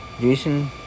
Jason